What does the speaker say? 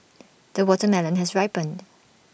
the watermelon has ripened